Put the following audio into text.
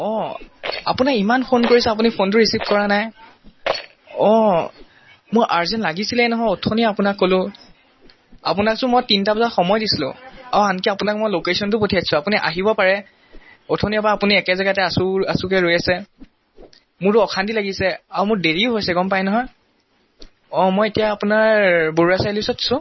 অঁ আপোনাৰ ইমান ফ'ন কৰিছোঁ আপুনি ফ'নটো ৰিচিভ কৰা নাই অঁ মোৰ আৰ্জেণ্ট লাগিছিলেই নহয় অথনিয়ে আপোনাক ক'লোঁ আপোনাকচোন মই তিনিটা বজাত সময় দিছিলোঁ অঁ আনকি আপোনাক মই ল'কেশ্যনটোও পঠিয়াই দিছোঁ আপুনি আহিব পাৰে অথনিয়ে পৰা আপুনি একে জেগাতে আছোঁ আছোঁকৈ ৰৈ আছে মোৰতো অশান্তি লাগিছে আৰু মোৰ দেৰিও হৈছে গম পাই নহয় অঁ মই এতিয়া আপোনাৰ বৰুৱা চাৰিআলিৰ ওচৰত আছোঁ